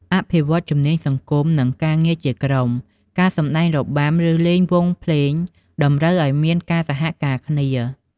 អភិវឌ្ឍជំនាញសង្គម និងការងារជាក្រុម ការសម្តែងរបាំ ឬលេងវង់ភ្លេងតម្រូវឱ្យមានការសហការគ្នា។